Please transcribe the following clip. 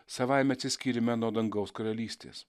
savaime atsiskyrime nuo dangaus karalystės